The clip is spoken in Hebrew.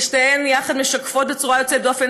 ושתיהן יחד משקפות בצורה יוצאת דופן